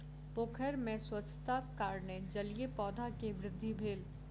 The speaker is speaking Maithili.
पोखैर में स्वच्छताक कारणेँ जलीय पौधा के वृद्धि भेल